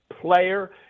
player